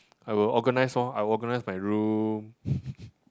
I will organize orh I will organize my room